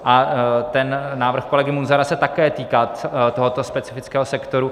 A návrh kolegy Munzara se také týká tohoto specifického sektoru.